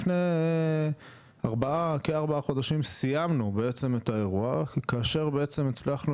לפני כארבעה חודשים סיימנו את האירוע כאשר הצלחנו